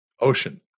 ocean